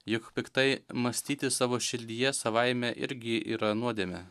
juk piktai mąstyti savo širdyje savaime irgi yra nuodėme